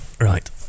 Right